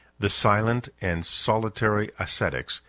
the silent and solitary ascetics,